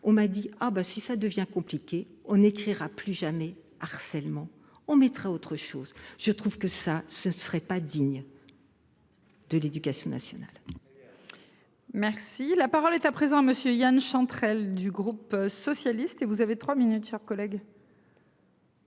on m'a dit oh ben si ça devient compliqué, on n'écrira plus jamais harcèlement on mettrait autre chose. Je trouve que ça ce serait pas digne. De l'éducation nationale. Et. Merci la parole est à présent Monsieur Yan Chantrel du groupe socialiste et vous avez 3 minutes, chers collègues.